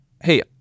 hey